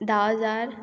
धा हजार